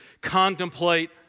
contemplate